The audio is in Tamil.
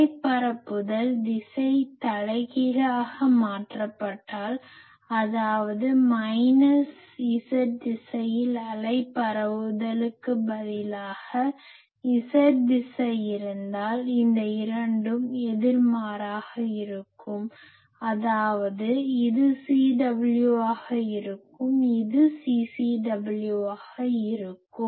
அலை பரப்புதல் திசை தலைகீழாக மாற்றப்பட்டால் அதாவது இது மைனஸ் z திசையில் அலை பரவலுக்கு பதிலாக எனக்கு z திசை இருந்தால் இந்த இரண்டும் எதிர்மாறாக இருக்கும் அதாவது இது CW ஆக இருக்கும் இது CCW ஆக இருக்கும்